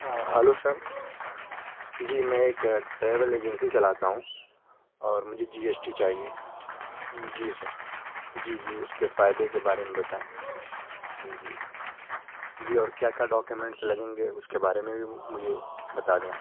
hello sir ji میں ایک travel agency چلاتا ہوں اور مجھے جی ایس ٹی چاہیے جی سر جی جی اس کے فائدے کے بارے میں بتائیں کچھ جی جی اور کیا کیا ڈاکومنٹس لگیں گے اس کے بارے میں بھی مجھے بتا دیں آپ